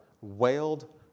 wailed